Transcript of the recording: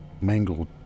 mangled